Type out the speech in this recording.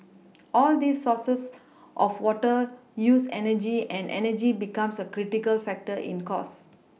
all these sources of water use energy and energy becomes a critical factor in cost